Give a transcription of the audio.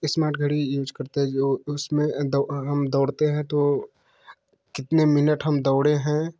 smart घड़ी use करते हैं जो उसमें दौड़ हम दौड़ते हैं तो कितने मिनट हम दौड़े हैं